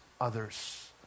others